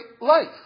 life